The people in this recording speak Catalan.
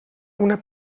una